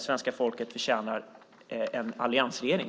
Svenska folket förtjänar en alliansregering.